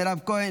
מירב כהן,